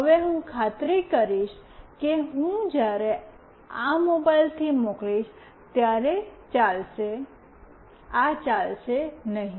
હવે હું ખાતરી કરીશ કે હું જ્યારે આ મોબાઇલથી મોકલીશ ત્યારે ચાલશે આ ચાલશે નહીં